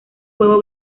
huevo